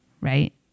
right